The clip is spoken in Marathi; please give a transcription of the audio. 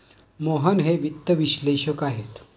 मोहन हे वित्त विश्लेषक आहेत